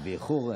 את באיחור,